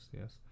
yes